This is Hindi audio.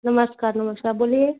नमस्कार नमस्कार बोलिए